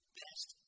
best